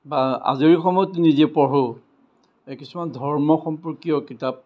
বা আজৰি সময়তো নিজেই পঢ়োঁ কিছুমান ধৰ্ম সম্পৰ্কীয় কিতাপ